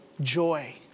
joy